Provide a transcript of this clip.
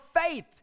faith